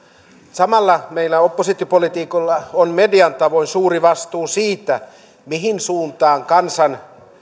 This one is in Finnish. samalla meillä oppositiopoliitikoilla on median tavoin suuri vastuu siitä mihin suuntaan kansan